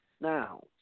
now